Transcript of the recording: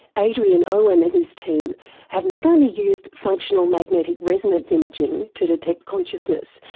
adrian owen and his team have not only used functional magnetic resonance imaging to detect consciousness,